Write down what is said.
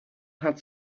had